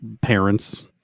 parents